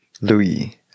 Louis